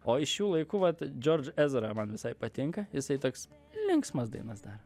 o iš šių laikų vat george ezra man visai patinka jisai toks linksmas dainas daro